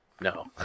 No